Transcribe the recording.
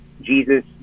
Jesus